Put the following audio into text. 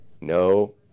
no